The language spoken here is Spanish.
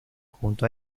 junto